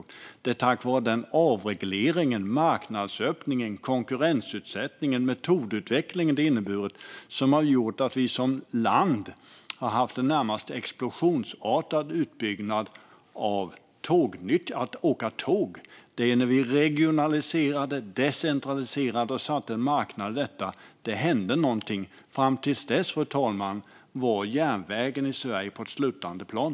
Jag vill hävda att det är tack vare den avreglering, marknadsöppning, konkurrensutsättning och metodutveckling som det har inneburit som vi som land har haft en närmast explosionsartad utveckling när det gäller att åka tåg. Det var när vi regionaliserade och decentraliserade och satte en marknad i detta som det hände någonting. Fram till dess, fru talman, var järnvägen i Sverige på ett sluttande plan.